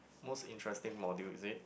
most interesting module insist